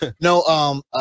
No